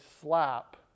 slap